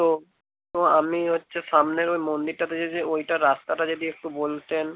তো তো আমি হচ্ছে সামনের ওই মন্দিরটাতে যদি ওইটার রাস্তাটা যদি একটু বলতেন